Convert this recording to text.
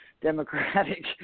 Democratic